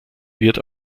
wird